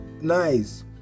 nice